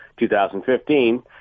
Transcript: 2015